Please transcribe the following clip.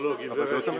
לא, גברת.